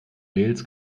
wales